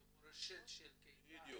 זה מורשת של קהילה,